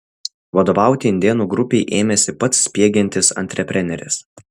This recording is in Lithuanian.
vadovauti indėnų grupei ėmėsi pats spiegiantis antrepreneris